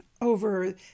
over